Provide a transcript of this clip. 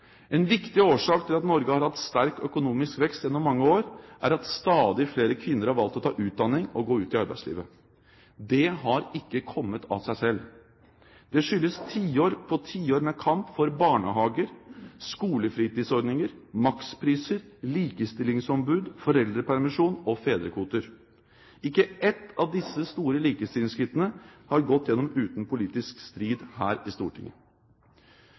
En viktig årsak til at Norge har hatt sterk økonomisk vekst gjennom mange år, er at stadig flere kvinner har valgt å ta utdanning og gå ut i arbeidslivet. Det har ikke kommet av seg selv. Det skyldes tiår på tiår med kamp for barnehager, skolefritidsordninger, makspriser, likestillingsombud, foreldrepermisjon og fedrekvoter. Ikke ett av disse store likestillingsskrittene har gått igjennom uten politisk strid her i Stortinget.